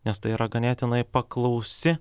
nes tai yra ganėtinai paklausi